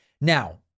Now